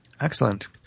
Excellent